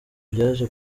byaje